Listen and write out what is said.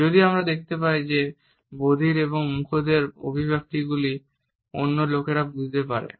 যদিও আমরা দেখতে পাই যে বধির এবং মূকদের অভিব্যক্তিগুলি অন্য লোকেরাও বুঝতে পারে